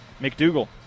McDougall